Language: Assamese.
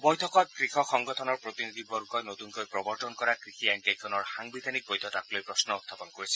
বৈঠকত কৃষক সংগঠনৰ প্ৰতিনিধি বৰ্গই নতুনকৈ প্ৰৱৰ্তন কৰা কৃষি আইন কেইখনৰ সাংবিধানিক বৈধতাকলৈ প্ৰশ্ন উখাপন কৰিছিল